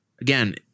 Again